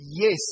yes